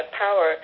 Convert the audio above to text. power